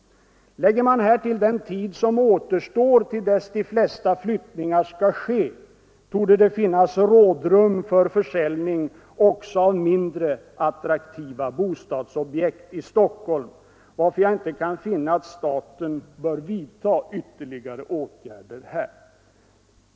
Lägger man härtill den tid som återstår till dess de flesta flyttningarna skall ske torde det finnas rådrum för försäljning också av mindre attraktiva bostadsobjekt i Stockholm, varför jag inte kan finna att staten bör vidta ytterligare åtgärder.